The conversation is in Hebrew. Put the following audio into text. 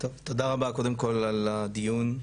תודה רבה קודם כל על הדיון,